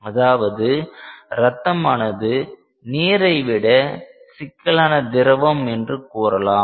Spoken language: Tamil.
அதாவது ரத்தமானது நீரை விட சிக்கலான திரவம் என்று கூறலாம்